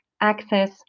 access